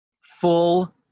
full